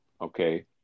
Okay